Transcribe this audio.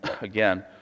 again